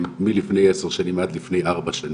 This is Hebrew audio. הם מלפני עשר שנים, עד לפני ארבע שנים,